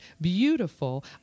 beautiful